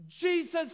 Jesus